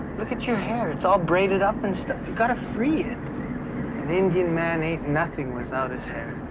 look at your hair, it's all braided up and stuff. you gotta free it. an indian man ain't nothing without his hair.